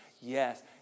yes